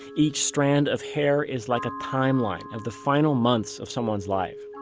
each strand of hair is like a timeline of the final months of someone's life.